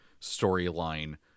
storyline